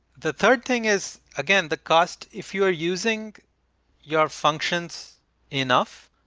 the third thing is, again, the cost. if you're using your functions enough,